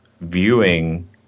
viewing